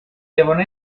devono